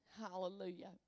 Hallelujah